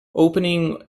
opening